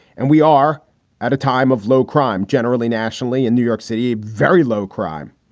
and we are at a time of low crime generally nationally in new york city, a very low crime.